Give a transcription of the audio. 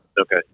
Okay